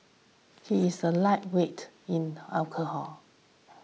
he is a lightweight in alcohol